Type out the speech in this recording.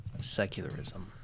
secularism